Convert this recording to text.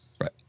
Right